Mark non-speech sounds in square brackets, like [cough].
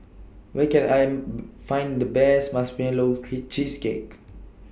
Where Can [hesitation] I Find The Best Marshmallow Cheesecake